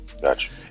Gotcha